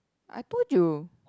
I told you